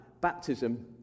baptism